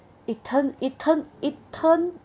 it turn it turn it turn